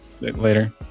Later